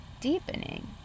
deepening